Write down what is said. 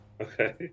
Okay